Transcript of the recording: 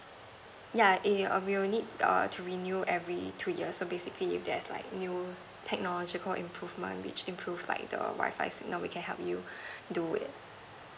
yeah it we will need err to renew every two years so basically that's like new technological improvement which improve like the wifi signal which can help you do